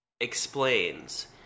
explains